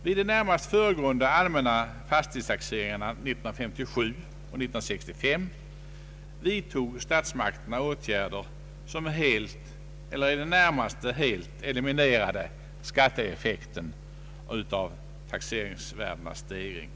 Vid de närmast föregående allmänna fastighetstaxeringarna 1957 och 1965 vidtog statsmakterna åtgärder som helt eller i det närmaste helt eliminerade skatteeffekten av = taxeringsvärdenas stegring.